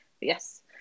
Yes